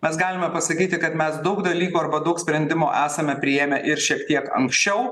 mes galime pasakyti kad mes daug dalykų arba daug sprendimų esame priėmę ir šiek tiek anksčiau